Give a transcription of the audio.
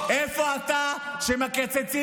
איפה אתה כשמקצצים,